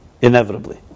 Inevitably